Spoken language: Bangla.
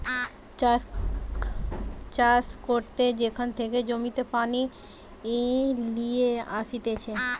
চাষ করতে যেখান থেকে জমিতে পানি লিয়ে আসতিছে